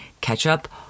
Ketchup